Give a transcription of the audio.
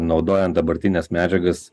naudojant dabartines medžiagas